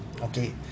Okay